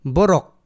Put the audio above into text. Borok